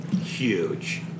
huge